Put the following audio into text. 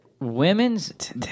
women's